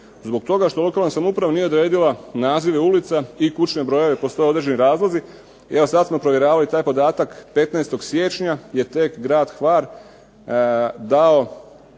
zbog toga što lokalna samouprava nije odredila nazive ulica i kućne brojeve. Postoje određeni razlozi. I evo sad smo provjeravali taj podatak. 15. siječnja je tek grad Hvar dao